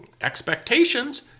Expectations